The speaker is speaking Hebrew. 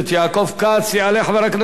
יעלה חבר הכנסת טלב אלסאנע,